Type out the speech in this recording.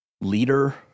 leader